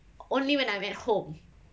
only when I'm at home